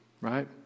right